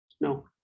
no